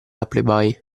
appleby